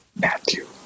Matthew